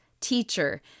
teacher